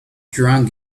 drunk